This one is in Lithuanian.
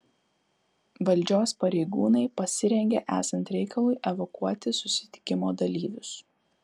valdžios pareigūnai pasirengė esant reikalui evakuoti susitikimo dalyvius